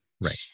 Right